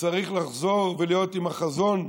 וצריך לחזור ולהיות עם החזון,